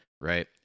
right